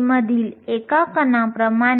मध्ये इलेक्ट्रॉनचे प्रभावी वस्तुमान आहे